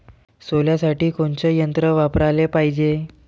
सोल्यासाठी कोनचं यंत्र वापराले पायजे?